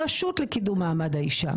הרשות לקידום מעמד האישה.